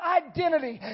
identity